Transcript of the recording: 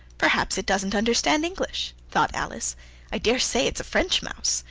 perhaps it doesn't understand english thought alice i daresay it's a french mouse,